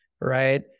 right